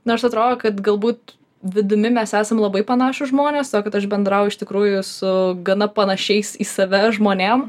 nors atrodo kad galbūt vidumi mes esam labai panašūs žmonės aš bendrauju iš tikrųjų su gana panašiais į save žmonėm